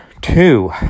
two